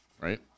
Right